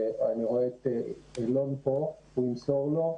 את אילון פה, הוא ימסור לו,